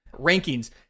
rankings